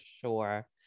sure